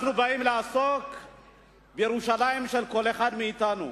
אנחנו באים לעסוק בירושלים של כל אחד מאתנו.